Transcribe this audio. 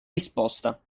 risposta